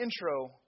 intro